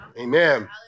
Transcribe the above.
Amen